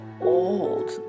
old